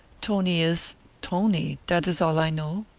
tony is tony that is all i know.